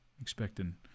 expecting